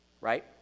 Right